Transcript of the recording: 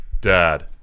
dad